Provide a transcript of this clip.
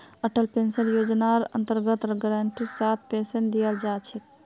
Atal pension योजनार अन्तर्गत गारंटीर साथ पेन्शन दीयाल जा छेक